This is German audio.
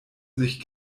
sich